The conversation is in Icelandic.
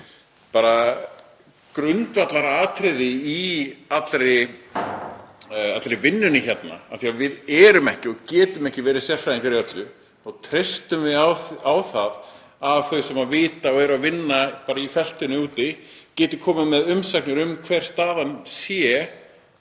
bara grundvallaratriði í allri vinnunni hérna af því að við erum ekki og getum ekki verið sérfræðingar í öllu og treystum á að þau sem vita og eru að vinna úti í feltinu geti komið með umsagnir um hver staðan sé.